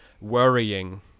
worrying